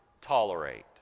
tolerate